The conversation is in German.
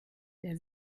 der